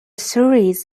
series